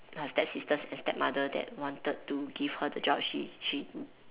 her stepsisters and stepmother that wanted to give her the job she she